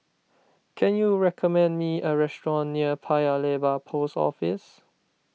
can you recommend me a restaurant near Paya Lebar Post Office